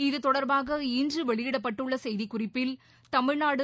இத்தொடர்பாக இன்று வெளியிடப்பட்டுள்ள செய்திக்குறிப்பில் தமிழ்நாடு